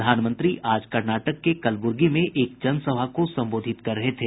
प्रधानमंत्री आज कर्नाटक के कलबुर्गी में एक जनसभा को संबोधित कर रहे थे